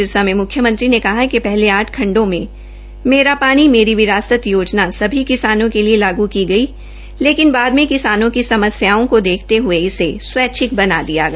सिरसा में मुख्यमंत्री ने कहा कि पहले आठ खंडो में मेरा पानी मेरी विरासत योजना सभी किसानों के लिए लागू की गई है लेकिन बाद में किसानों की समस्याओं को देखते हये इसे इसे स्वैच्छिक बना दिया गया